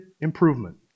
improvement